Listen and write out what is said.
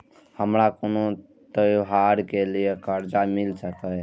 हमारा कोनो त्योहार के लिए कर्जा मिल सकीये?